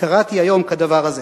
קראתי היום כדבר הזה: